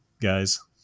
guys